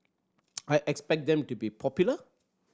I expect them to be popular